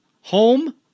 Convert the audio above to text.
Home